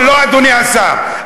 אדוני השר.